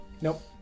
Nope